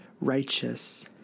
righteous